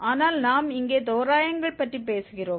ஆனால் நாம் இங்கே தோராயங்கள் பற்றி பேசுகிறோம்